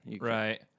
Right